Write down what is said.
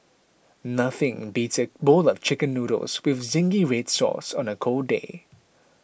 nothing beats a bowl of Chicken Noodles with Zingy Red Sauce on a cold day